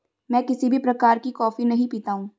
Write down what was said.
मैं किसी भी प्रकार की कॉफी नहीं पीता हूँ